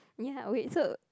ya wait so